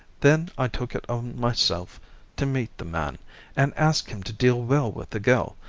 then i took it on myself to meet the man and ask him to deal well with the girl,